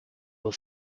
will